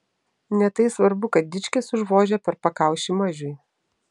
ne tai svarbu kad dičkis užvožia per pakaušį mažiui